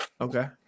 Okay